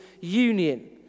union